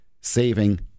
saving